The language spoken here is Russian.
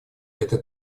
это